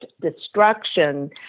destruction